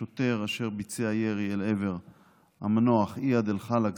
השוטר אשר ביצע ירי אל עבר המנוח איאד אלחלאק,